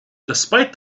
despite